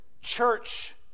church